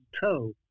toe